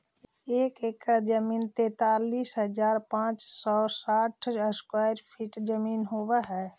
एक एकड़ जमीन तैंतालीस हजार पांच सौ साठ स्क्वायर फीट जमीन होव हई